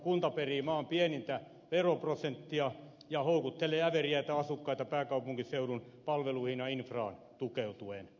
kunta perii maan pienintä veroprosenttia ja houkuttelee äveriäitä asukkaita pääkaupunkiseudun palveluihin ja infraan tukeutuen